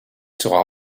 sera